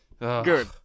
Good